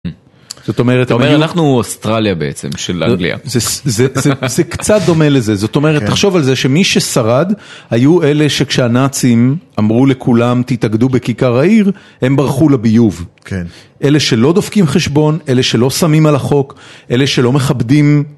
-זאת אומרת, אתה אומר, אנחנו אוסטרליה בעצם. של אנגליה. -זה קצת דומה לזה, זאת אומרת... תחשוב על זה שמי ששרד היו אלה שכשהנאצים אמרו לכולם: "תתאגדו בכיכר העיר", הם ברחו לביוב. -כן. -אלה שלא דופקים חשבון, אלה שלא שמים על החוק, אלה שלא מכבדים